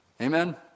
Amen